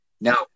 Now